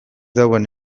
dagoen